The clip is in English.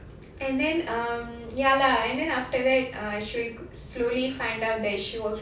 and then um ya lah and then after that she'll slowly find out that she was